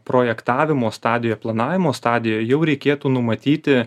projektavimo stadija planavimo stadijoj jau reikėtų numatyti